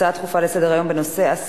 הצעות דחופות לסדר-היום מס' 5880,